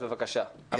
בבקשה.